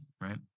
right